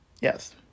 Yes